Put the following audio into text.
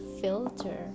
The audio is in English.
filter